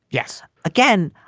yes. again,